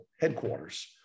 headquarters